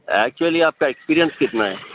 actually آپ کا experience کتنا ہے